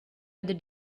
other